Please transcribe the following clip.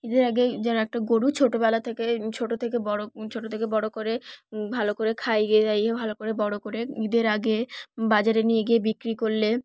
ঈদের আগে যেন একটা গরু ছোটোবেলা থেকে ছোটো থেকে বড়ো ছোটো থেকে বড়ো করে ভালো করে খাইয়ে দাইয়ে ভালো করে বড়ো করে ঈদের আগে বাজারে নিয়ে গিয়ে বিক্রি করলে